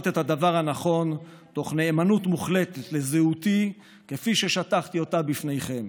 את הדבר הנכון תוך נאמנות מוחלטת לזהותי כפי ששטחתי אותה בפניכם.